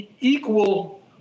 equal